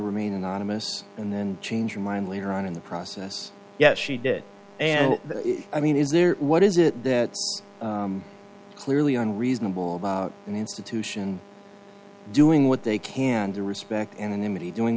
remain anonymous and then change her mind later on in the process yet she did and i mean is there what is it that clearly unreasonable and institution doing what they can to respect anonymity doing